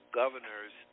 governors